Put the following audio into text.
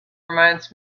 reminds